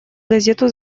газету